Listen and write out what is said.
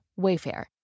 Wayfair